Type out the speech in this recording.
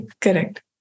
Correct